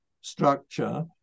structure